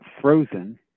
frozen